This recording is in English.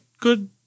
good